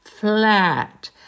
flat